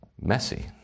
messy